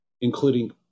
including